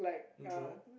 neutral